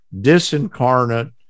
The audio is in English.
disincarnate